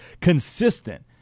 consistent